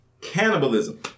Cannibalism